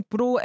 Pro